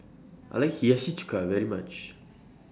I like Hiyashi Chuka very much